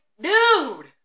dude